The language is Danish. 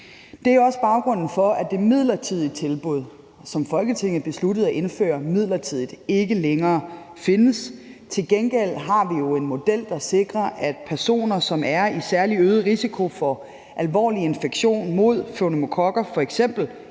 Det er også baggrunden for, at det midlertidige tilbud, som Folketinget besluttede at indføre midlertidigt, ikke længere findes. Til gengæld har vi jo en model, der sikrer, at personer, som er i særlig øget risiko for alvorlig infektion med pneumokokker, f.eks.